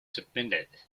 submitted